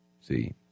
See